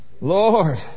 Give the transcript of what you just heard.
Lord